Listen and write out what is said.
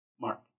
Mark